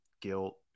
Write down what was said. guilt